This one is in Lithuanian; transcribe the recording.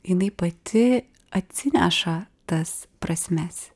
jinai pati atsineša tas prasmes